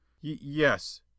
yes